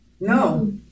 No